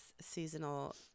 seasonal